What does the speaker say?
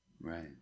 Right